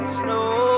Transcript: snow